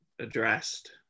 addressed